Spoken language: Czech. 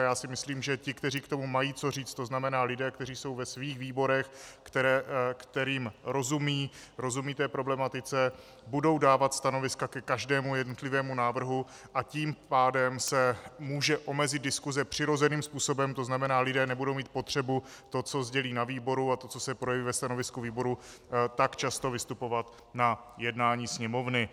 A já si myslím, že ti, kteří k tomu mají co říct, tzn. lidé, kteří jsou ve svých výborech, kteří rozumějí problematice, budou dávat stanoviska ke každému jednotlivému návrhu, a tím pádem se může omezit diskuse přirozeným způsobem, tzn. lidé nebudou mít potřebu s tím, co sdělí na výboru, a tím, co se projeví ve stanovisku výboru, tak často vystupovat na jednání Sněmovny.